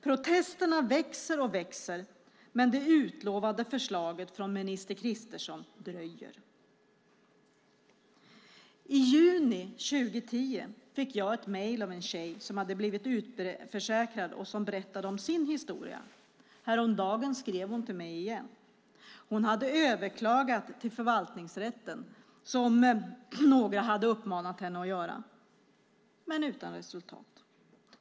Protesterna växer och växer. Men det utlovade förslaget från minister Kristersson dröjer. I juni 2010 fick jag ett mejl av en tjej som hade blivit utförsäkrad och som berättade om sin historia. Häromdagen skrev hon till mig igen. Hon hade överklagat till förvaltningsrätten, som några hade uppmanat henne att göra - men utan resultat.